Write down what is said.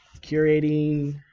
Curating